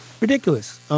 ridiculous